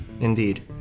Indeed